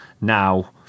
Now